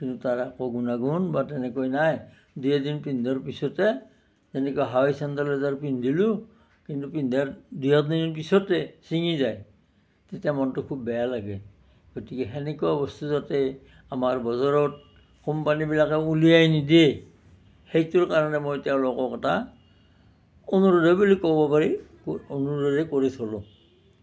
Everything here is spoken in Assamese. কিন্তু তাৰ একো গুণাগুণ বা তেনেকৈ নাই দুই এদিন পিন্ধাৰ পিছতে তেনেকুৱা হাৱাই ছেণ্ডেল এযোৰ পিন্ধিলোঁ কিন্তু পিন্ধাৰ দুই এদিন পিছতে ছিঙি যায় তেতিয়া মনটো খুব বেয়া লাগে গতিকে সেনেকুৱা বস্তু যাতে আমাৰ বজাৰত কোম্পানীবিলাকে উলিয়াই নিদিয়ে সেইটোৰ কাৰণে মই তেওঁলোকক এটা অনুৰোধেই বুলি ক'ব পাৰি ক অনুৰোধেই কৰি থ'লোঁ